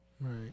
Right